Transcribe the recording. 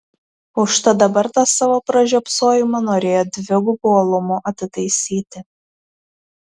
užtat dabar tą savo pražiopsojimą norėjo dvigubu uolumu atitaisyti